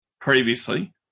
previously